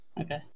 Okay